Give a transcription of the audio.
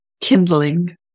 kindling